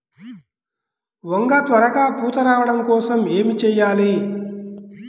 వంగ త్వరగా పూత రావడం కోసం ఏమి చెయ్యాలి?